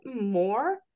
more